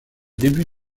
début